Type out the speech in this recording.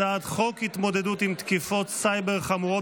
הצעת חוק התמודדות עם תקיפות סייבר חמורות